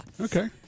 Okay